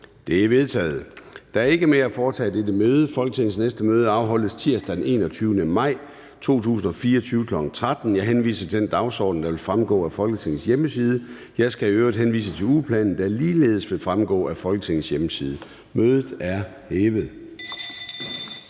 (Søren Gade): Der er ikke mere at foretage i dette møde. Folketingets næste møde afholdes tirsdag den 21. maj 2024, kl. 13.00. Jeg henviser til den dagsorden, der vil fremgå af Folketingets hjemmeside. Jeg skal i øvrigt henvise til ugeplanen, der ligeledes vil fremgå af Folketingets hjemmeside. Mødet er hævet.